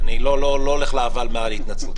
אני לא הולך לאבל מעל ההתנצלות,